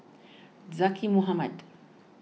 Zaqy Mohamad